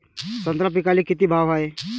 संत्रा पिकाले किती भाव हाये?